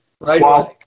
Right